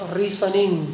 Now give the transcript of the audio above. reasoning